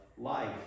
life